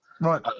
Right